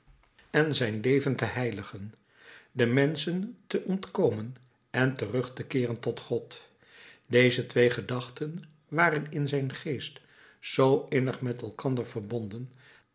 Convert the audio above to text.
en zijn leven te heiligen den menschen te ontkomen en terug te keeren tot god deze twee gedachten waren in zijn geest zoo innig met elkander verbonden